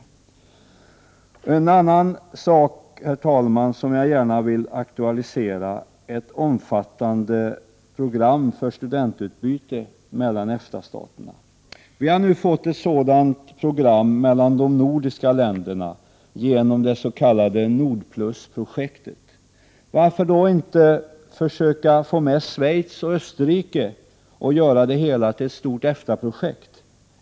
En annan sak som jag gärna vill aktualisera är ett omfattande program för studentutbyte mellan EFTA-staterna. Ett sådant program mellan de nordiska länderna har tillkommit genom det s.k. Nordplusprojektet. Varför kan man då inte också försöka få med Schweiz och Österrike och göra det hela till ett stort EFTA-projekt?